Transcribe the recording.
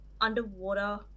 underwater